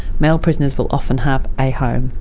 male prisoners will often have a home,